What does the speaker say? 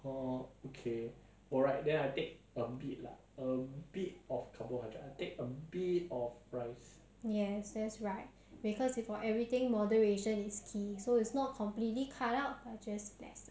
what are you going to eat tonight for supper if you are going to your place there is actually no food there